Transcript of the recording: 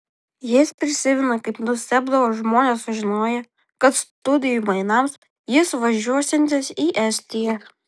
jis prisimena kaip nustebdavo žmonės sužinoję kad studijų mainams jis važiuosiantis į estiją